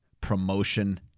promotion